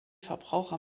verbraucher